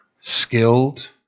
skilled